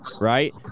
right